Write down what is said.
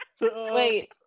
Wait